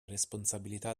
responsabilità